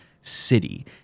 city